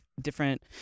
different